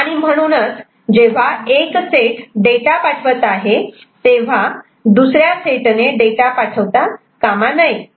आणि म्हणूनच जेव्हा एक सेट डेटा पाठवत आहे तेव्हा दुसऱ्याने पाठवता कामा नये